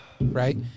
right